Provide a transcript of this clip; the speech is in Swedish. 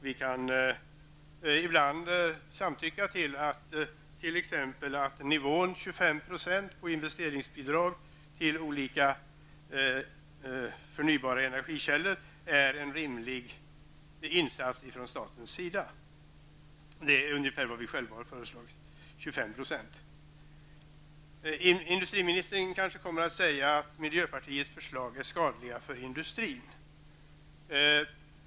Vi kan ibland samtycka till att t.ex. nivån 25 % på investeringsbidrag till olika förnybara energikällor är en rimlig insats från statens sida. Det är ungefär vad vi själva föreslår. Industriministern kommer kanske att säga att miljöpartiets förslag är skadliga för industrin.